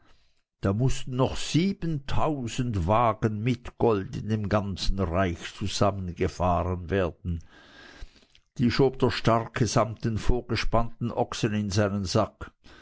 da mußten noch siebentausend wagen mit gold in dem ganzen reich zusammengefahren werden die schob der starke samt den vorgespannten ochsen in seinen sack